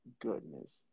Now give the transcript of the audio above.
goodness